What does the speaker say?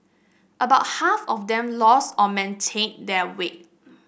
about half of them lost or maintained their weight